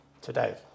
today